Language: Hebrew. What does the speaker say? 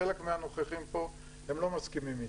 חלק מהנוכחים פה לא מסכימים איתה,